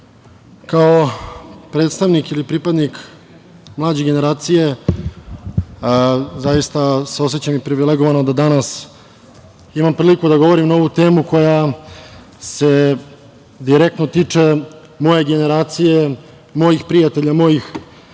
kao predstavnik ili pripadnik mlađe generacije zaista se osećam i privilegovano da danas imam priliku da govorim na ovu temu koja se direktno tiče moje generacije, mojih prijatelja, mojih